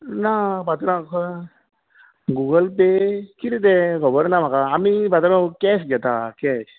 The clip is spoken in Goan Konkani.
ना पात्रांव खंय गुगल पे कितें तें खबर ना म्हाका आमी पात्रांव कॅश घेता कॅश